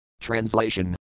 Translation